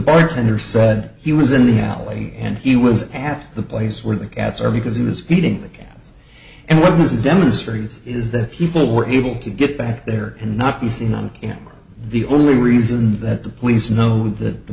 bartender said he was in the halley and he was at the place where the cats are because he was feeding the cats and what is demonstrates is that people were able to get back there and not be seen on the only reason that the police know that the